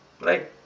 right